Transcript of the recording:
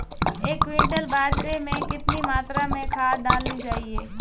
एक क्विंटल बाजरे में कितनी मात्रा में खाद डालनी चाहिए?